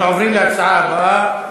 אנחנו עוברים להצעה הבאה,